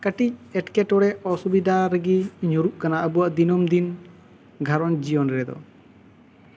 ᱠᱟᱹᱴᱤᱡ ᱮᱸᱴᱠᱮᱴᱚᱬᱮ ᱚᱥᱩᱵᱤᱫᱟ ᱨᱮᱜᱮ ᱧᱩᱨᱩᱜ ᱠᱟᱱᱟ ᱟᱵᱚᱣᱟᱜ ᱫᱤᱱᱟᱹᱢ ᱫᱤᱱ ᱜᱷᱟᱨᱚᱸᱡᱽ ᱡᱤᱭᱚᱱ ᱨᱮᱫᱚ